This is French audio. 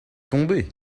tombé